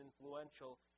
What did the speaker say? influential